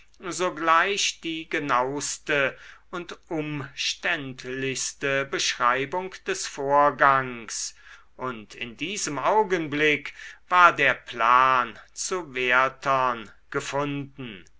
sogleich die genauste und umständlichste beschreibung des vorgangs und in diesem augenblick war der plan zu werthern gefunden